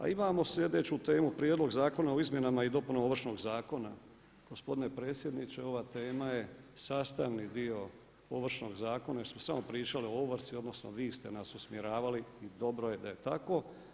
A imamo sljedeću temu prijedlog zakona o izmjenama i dopunama Ovršnog zakona, gospodine predsjedniče ova tema je sastavni dio Ovršnog zakona jer smo samo pričali o ovrsi odnosno vi ste nas usmjeravali i dobro je da je tako.